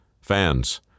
Fans